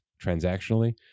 transactionally